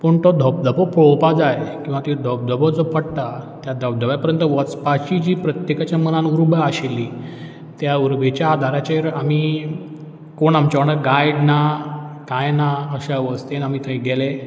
पूण तो धबधबो पळोवपा जाय किंवां ती धबधबो जो पडटा त्या धबधब्या पर्यंत वचपाची जी प्रत्येकाच्या मनांत उर्बा आशिल्ली त्या उर्बेच्या आदाराचेर आमी कोण आमच्या वांगडा गायड ना कांय ना अश्या अवस्थेंत आमी थंय गेले